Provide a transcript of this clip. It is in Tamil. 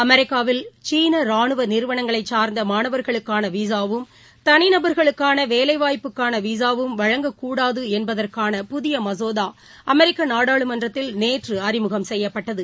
அமெரிக்காவில் சீன ராணுவ நிறுவனங்களைச் சார்ந்த மாணவா்களுக்கு விசா வும் தனிநபர்களுக்கான வேலை வாய்ப்புக்கான விசாவும் வழங்கக்கூடாது என்பதற்கான புதிய மசோதா அமெரிக்க நாடாளுமன்றத்தில் நேற்று அறிமுகம் செய்யப்பட்டது